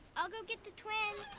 i'll go get the twins.